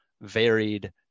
varied